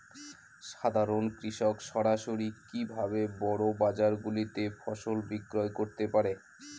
সাধারন কৃষক সরাসরি কি ভাবে বড় বাজার গুলিতে ফসল বিক্রয় করতে পারে?